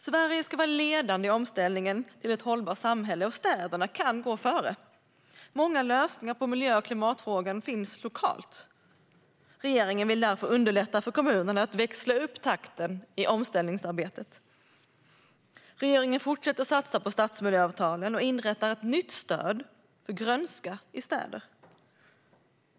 Sverige ska vara ledande i omställningen till ett hållbart samhälle, och städerna kan gå före. Många lösningar på miljö och klimatfrågan finns lokalt. Regeringen vill därför underlätta för kommunerna att växla upp takten i omställningsarbetet. Regeringen fortsätter att satsa på stadsmiljöavtalen och inrättar ett nytt stöd för grönska i städer.